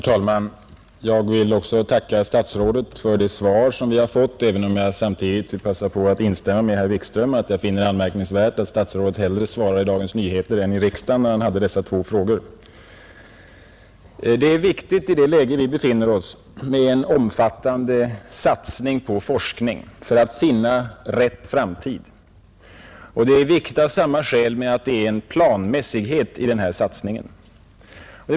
Också jag vill tacka statsrådet för det svar som vi har fått, även om jag samtidigt finner anledning instämma med herr Wikström i att det är anmärkningsvärt att statsrådet hellre svarar i Dagens Nyheter än i riksdagen när han nu har fått dessa två frågor. I det läge vi befinner oss är det viktigt med en omfattande satsning på forskningen för att finna rätt framtid. Av samma skäl är det viktigt att det finns planmässighet i satsningen.